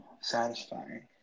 satisfying